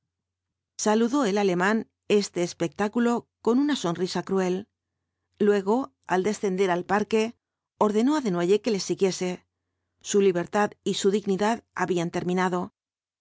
saludó el alemán este espectáculo con una sonrisa cruel luego al descender al parque ordenó á desnoyers que le siguiese su libertad y su dignidad habían terminado